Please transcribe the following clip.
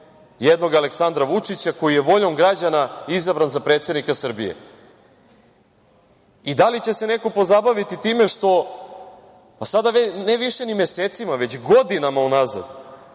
jednog Aleksandra Vučića koji je voljom građana izabran za predsednika Srbije i da li će se neko pozabaviti time što, sada ne više mesecima, nego godinama unazad